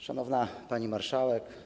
Szanowna Pani Marszałek!